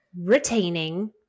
retaining